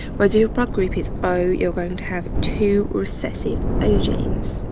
whereas your blood group is o, you're going to have two recessive o genes.